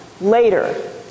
later